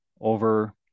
over